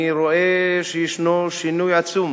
אני רואה שישנו שינוי עצום